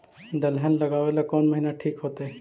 दलहन लगाबेला कौन महिना ठिक होतइ?